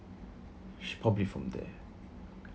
probably from there